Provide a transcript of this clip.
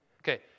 Okay